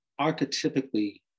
archetypically